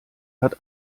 hat